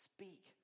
Speak